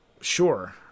sure